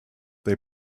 they